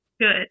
Good